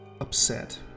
upset